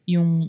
Yung